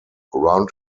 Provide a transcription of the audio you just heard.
round